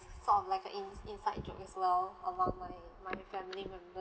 sort of like a ins~ inside joke as well among my my family members